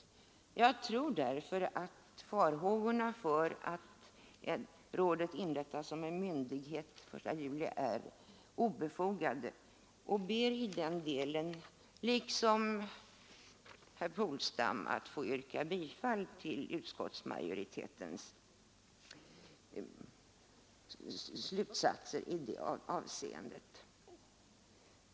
Jag tror därför att farhågorna inför rådets inrättande som en myndighet den 1 juli är obefogade. Jag ber i den delen liksom herr Polstam att få yrka bifall till utskottsmajoritetens hemställan.